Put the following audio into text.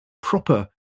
proper